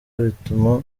bituma